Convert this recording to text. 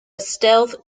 stealth